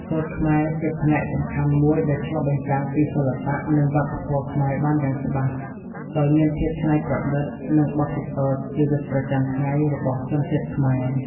សូត្រខ្មែរ ជាផ្នែកសំខាន់មួយដែលឆ្លុះបញ្ចាំងពីសិល្បៈ និងវប្បធម៌ខ្មែរបានយ៉ាងច្បាស់ ដោយមានភាពច្នៃប្រឌិត និងបទពិសោធន៍ជីវិតប្រចាំថ្ងៃរបស់ជនជាតិខ្មែរ។